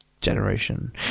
generation